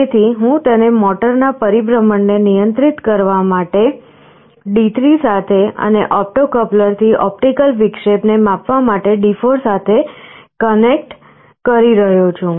તેથી હું તેને મોટરના પરિભ્રમણને નિયંત્રિત કરવા માટે D3 સાથે અને ઓપ્ટો કપ્લરથી ઓપ્ટિકલ વિક્ષેપને માપવા માટે D4 સાથે કનેક્ટ કરી રહ્યો છું